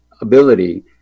ability